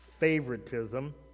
favoritism